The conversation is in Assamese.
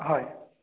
হয়